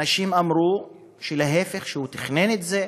אנשים אמרו שלהפך, הוא תכנן את זה,